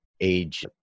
age